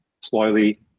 slowly